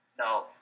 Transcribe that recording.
No